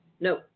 No